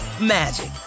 magic